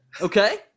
Okay